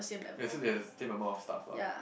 yea so they has the same amount of stuff lah